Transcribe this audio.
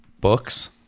books